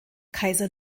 kaiser